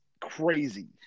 crazy